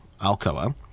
Alcoa